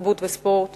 התרבות והספורט